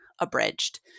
abridged